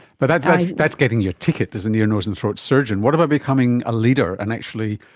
but that's that's getting your ticket as an ear, nose and throat surgeon, what about becoming a leader and actually